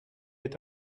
est